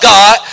God